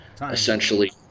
essentially